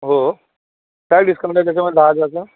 हो काय डिस्काउंट आहे त्याच्यामध्ये दहा हजारचा